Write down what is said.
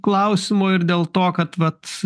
klausimo ir dėl to kad vat